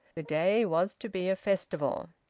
the day was to be a festival.